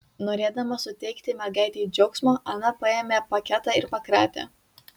norėdama suteikti mergaitei džiaugsmo ana paėmė paketą ir pakratė